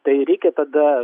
tai reikia tada